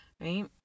right